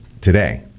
today